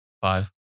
Five